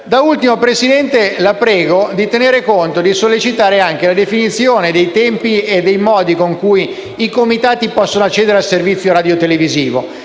Da ultimo, signor Presidente, la prego di tenere conto e di sollecitare la definizione dei tempi e dei modi con cui i comitati possono accedere al servizio radiotelevisivo.